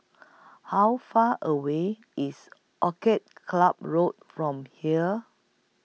How Far away IS Orchid Club Road from here